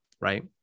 right